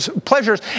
pleasures